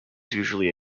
usually